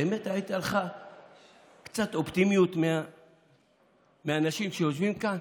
באמת הייתה לך קצת אופטימיות מהאנשים שיושבים כאן?